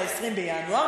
ל-20 בינואר,